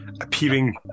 appearing